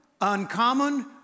uncommon